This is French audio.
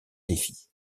défi